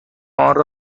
آنرا